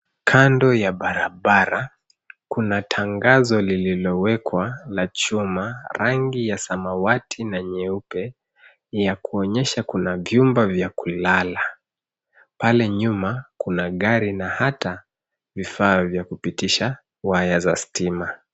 Kando ya barabara kuna tangazo lililowekwa la chuma, rangi ya samwati na nyeupe, ya kuonyesha kuna vyumba vya kulala. Pale nyuma kuna gari, na hata vifaa vya kupitisha waya za stima.